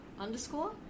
underscore